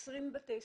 20 בתי ספר.